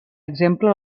exemple